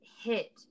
hit